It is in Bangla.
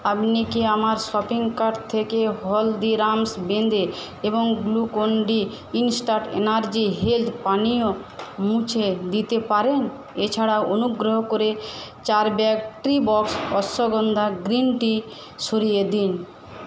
আপনি কি আমার শপিং কার্ট থেকে হলদিরামস বাঁদে এবং Glucon D instant energy health পানীয় মুছে দিতে পারেন এছাড়াও অনুগ্রহ করে চার bag Teabox ashwagandha green tea সরিয়ে দিন